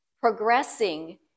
progressing